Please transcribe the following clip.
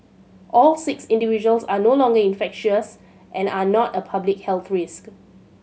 all six individuals are no longer infectious and are not a public health risk